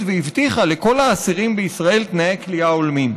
והבטיחה לכל האסירים בישראל תנאי כליאה הולמים.